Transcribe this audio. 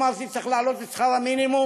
אמרתי שצריך להעלות את שכר המינימום,